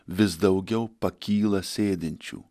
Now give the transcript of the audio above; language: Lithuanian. vis daugiau pakyla sėdinčių